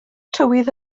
tywydd